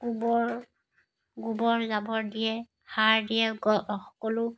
গোবৰ গোবৰ জাবৰ দিয়ে সাৰ দিয়ে সকলো